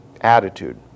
attitude